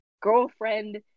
girlfriend